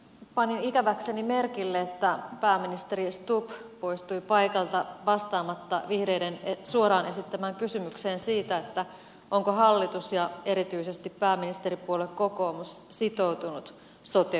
panin ikäväkseni merkille että pääministeri stubb poistui paikalta vastaamatta vihreiden suoraan esittämään kysymykseen siitä onko hallitus ja erityisesti pääministeripuolue kokoomus sitoutunut sote uudistukseen